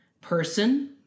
person